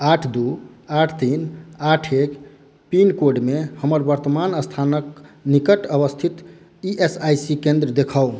आठ दू आठ तीन आठ एक पिनकोडमे हमर वर्तमान स्थानक निकट अवस्थित ई एस आई सी केंद्र देखाउ